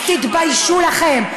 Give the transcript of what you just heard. אז תתביישו לכם.